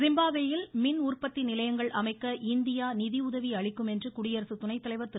ஜிம்பாப்வேயில் மின் உற்பத்தி நிலையங்களை அமைப்பதற்கு இந்தியா நிதியுதவி அளிக்கும் என்று குடியரசு துணைத்தலைவர் திரு